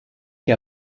che